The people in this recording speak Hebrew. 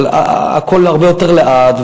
אבל הכול הרבה יותר לאט,